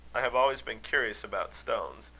i have always been curious about stones.